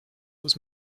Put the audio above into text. was